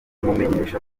imumenyesha